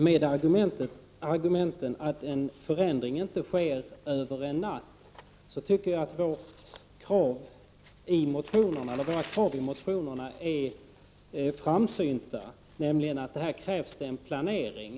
Med tanke på argumentet att en förändring inte sker över en natt tycker jag att våra krav i motionerna är framsynta, nämligen att det skall ske en planering.